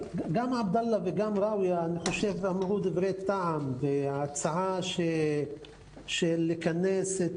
גם עבדאללה וגם ראויה אמרו דברי טעם והצעה לכנס את